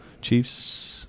Chiefs